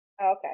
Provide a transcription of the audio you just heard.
okay